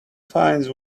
finds